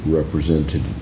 represented